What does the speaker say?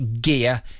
gear